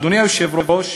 אדוני היושב-ראש,